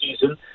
season